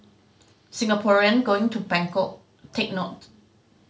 Singaporean going to Bangkok take note